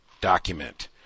document